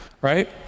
right